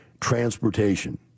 transportation